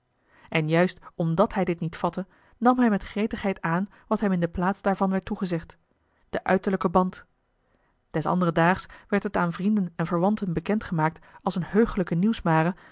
en juist omdat hij dit niet vatte nam hij met gretigheid aan wat hem in de plaats daarvan werd toegezegd den uiterlijken band des anderen daags werd het aan vrienden en verwanten bekend gemaakt als eene heugelijke